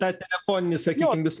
tą telefoninį sakykim vis